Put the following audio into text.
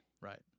Right